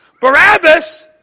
Barabbas